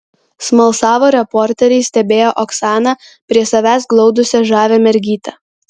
smalsavo reporteriai stebėję oksaną prie savęs glaudusią žavią mergytę